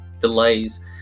delays